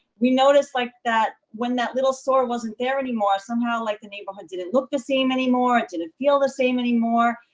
we noticed like that when that little store wasn't there anymore somehow like the neighborhood didn't look the same anymore, didn't feel the same anymore.